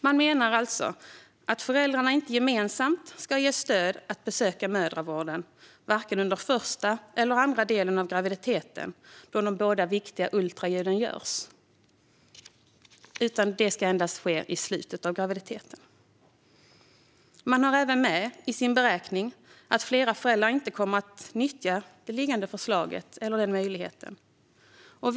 Man menar alltså att föräldrarna inte gemensamt ska ges stöd att besöka mödravården vare sig under första eller andra delen av graviditeten, då de båda viktiga ultraljuden görs, utan endast i slutet. Man har även med i sin beräkning att flera föräldrar inte kommer att nyttja den möjlighet förslaget ger.